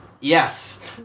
Yes